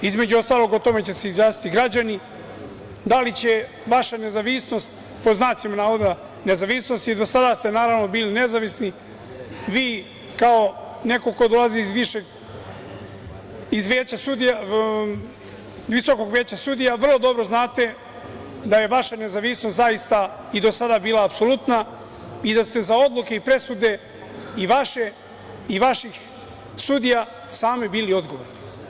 Između ostalog, o tome će se izjasniti građani, da li će vaša pod znacima navoda nezavisnost, i do sada ste naravno bili nezavisni, vi kao neko ko dolazi iz visokog veća sudija, vrlo dobro znate da je vaša nezavisnost zaista i do sada bila apsolutna i da ste za odluke i presude, i vaše i vaših sudija, sami bili odgovorni.